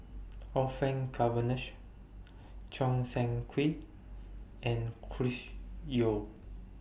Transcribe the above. Orfeur Choo Seng Quee and Chris Yeo